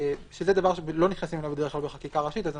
שזה דבר שלא נכנסים אליו בדרך כלל בחקיקה ראשית אנחנו